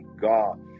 God